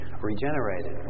regenerated